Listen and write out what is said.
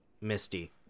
Misty